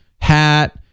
hat